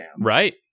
right